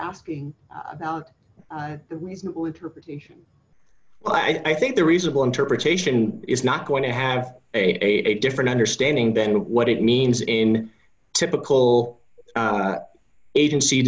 asking about the reasonable interpretation well i think the reasonable interpretation is not going to have a different understanding than what it means in typical agency